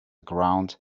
ground